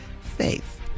faith